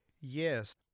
Yes